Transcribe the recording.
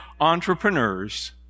entrepreneurs